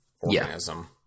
organism